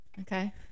Okay